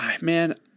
man